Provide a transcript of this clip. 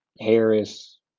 Harris